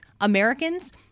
Americans